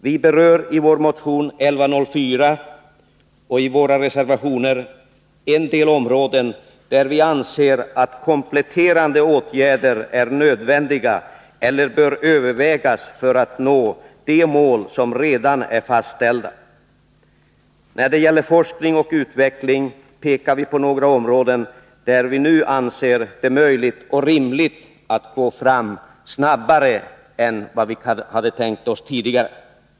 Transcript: Vi berör i vår motion 1104 och i våra reservationer en del områden där vi anser att kompletterande åtgärder är nödvändiga eller bör övervägas för att nå de mål som redan är fastställda. När det gäller forskning och utveckling pekar vi på några områden där vi nu anser det möjligt och rimligt att gå fram snabbare än vad vi tänkt oss tidigare.